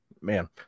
man